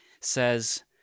says